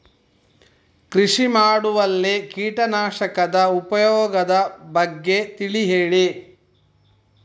ಕೃಷಿ ಮಾಡುವಲ್ಲಿ ಕೀಟನಾಶಕದ ಉಪಯೋಗದ ಬಗ್ಗೆ ತಿಳಿ ಹೇಳಿ